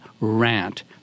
rant